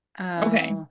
okay